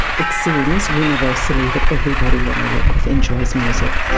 it seems universally that everybody that i work with enjoys music.